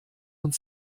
und